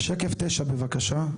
שקף 9 בבקשה.